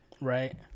Right